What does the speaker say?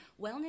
wellness